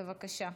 בבקשה.